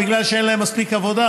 כי אין להם מספיק עבודה,